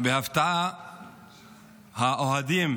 בהפתעה האוהדים